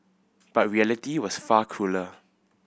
but reality was far crueller